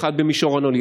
אחת במישור הניהולי,